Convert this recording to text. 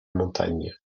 montagne